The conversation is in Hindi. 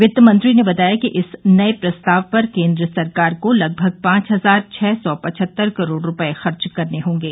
वित्तमंत्री ने बताया कि इस नये प्रस्ताव पर केन्द्र सरकार को लगभग पांच हजार छ सौ पचहत्तर करोड रूपये खर्च करने होंगे